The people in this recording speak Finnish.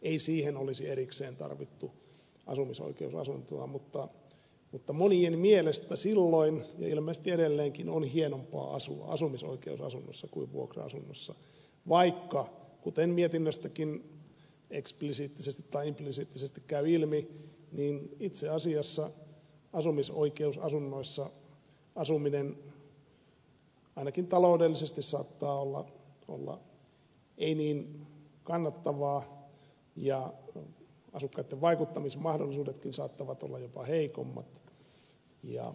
ei siihen olisi erikseen tarvittu asumisoikeusasuntoa mutta monien mielestä silloin ja ilmeisesti edelleenkin on hienompaa asua asumisoikeusasunnossa kuin vuokra asunnossa vaikka kuten mietinnöstäkin eksplisiittisesti tai implisiittisesti käy ilmi itse asiassa asumisoikeusasunnoissa asuminen ainakin taloudellisesti saattaa olla ei niin kannatta vaa ja asukkaitten vaikuttamismahdollisuudetkin saattavat olla jopa heikommat